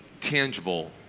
tangible